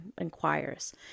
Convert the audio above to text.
inquires